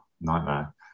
Nightmare